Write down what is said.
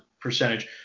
percentage